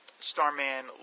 Starman